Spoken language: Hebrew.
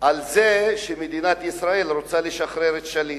על זה שמדינת ישראל רוצה לשחרר את שליט.